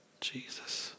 Jesus